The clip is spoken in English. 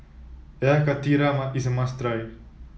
Air Karthira is a must try